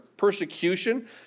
Persecution